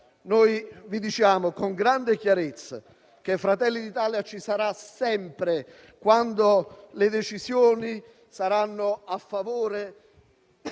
vi diciamo con grande chiarezza che Fratelli d'Italia ci sarà sempre quando le decisioni saranno a favore